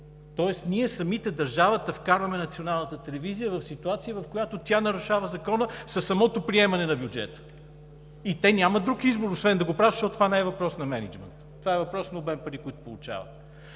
тоест ние самите – държавата, вкарваме Националната телевизия в ситуация, в която тя нарушава закона със самото приемане на бюджета. Те нямат друг избор освен да го правят, защото това не е въпрос на мениджмънт, това е въпрос на обем пари, които получават.